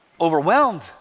overwhelmed